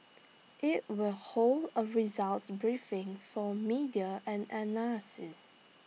IT will hold A results briefing for media and analysts